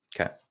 Okay